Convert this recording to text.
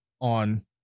on